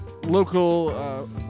Local